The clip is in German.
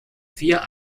vier